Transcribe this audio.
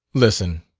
listen,